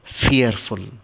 fearful